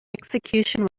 execution